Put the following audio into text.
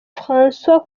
françois